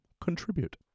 Contribute